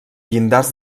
llindars